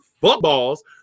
footballs